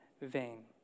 vain